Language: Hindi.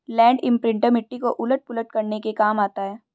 लैण्ड इम्प्रिंटर मिट्टी को उलट पुलट करने के काम आता है